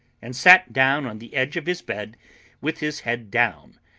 and sat down on the edge of his bed with his head down,